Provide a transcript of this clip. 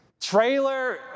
trailer